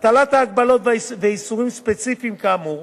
הטלת הגבלות ואיסורים ספציפיים כאמור